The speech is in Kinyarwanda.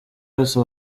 yose